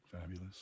Fabulous